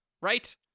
right